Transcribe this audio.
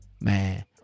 Man